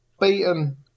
beaten